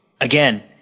again